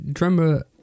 remember